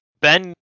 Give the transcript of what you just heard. Ben